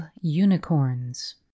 Unicorns